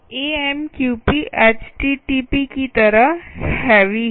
AMQP http की तरह heavy है